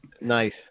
Nice